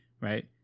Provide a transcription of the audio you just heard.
right